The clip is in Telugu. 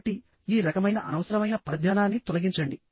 కాబట్టి ఈ రకమైన అనవసరమైన పరధ్యానాన్ని తొలగించండి